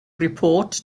report